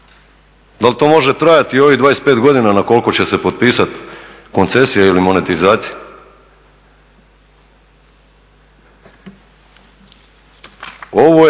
Dal to može trajati ovih 25 godina na koliko će se potpisat koncesija ili monetizacija?